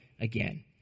again